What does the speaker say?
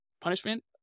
punishment